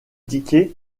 tickets